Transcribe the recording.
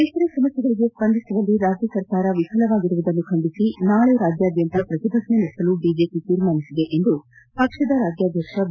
ರೈತರ ಸಮಸ್ಥೆಗಳಿಗೆ ಸ್ಪಂದಿಸುವಲ್ಲಿ ರಾಜ್ಯ ಸರ್ಕಾರ ವಿಫಲವಾಗಿರುವುದನ್ನು ಖಂಡಿಸಿ ನಾಳೆ ರಾಜ್ಯಾದ್ಯಂತ ಪ್ರತಿಭಟನೆ ನಡೆಸಲು ಬಿಜೆಪಿ ತೀರ್ಮಾನಿಸಿದೆ ಎಂದು ಪಕ್ಷದ ರಾಜ್ಯಾಧ್ಯಕ್ಷ ಬಿ